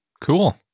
Cool